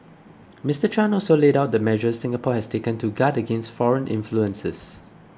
Mister Chan also laid out the measures Singapore has taken to guard against foreign influences